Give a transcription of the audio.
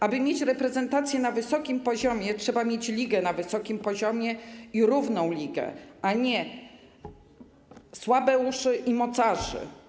Aby mieć reprezentację na wysokim poziomie, trzeba mieć ligę na wysokim poziomie, równą ligę, a nie słabeuszy i mocarzy.